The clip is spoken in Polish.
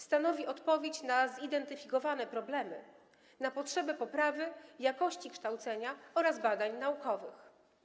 Stanowi odpowiedź na zidentyfikowane problemy, na potrzebę poprawy jakości kształcenia oraz badań naukowych.